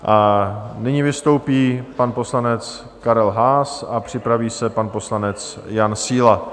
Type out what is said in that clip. A nyní vystoupí pan poslanec Karel Haas a připraví se pan poslanec Jan Síla.